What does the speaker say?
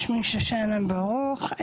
שמי שושנה ברוך,